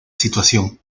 situación